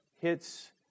hits